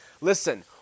Listen